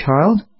child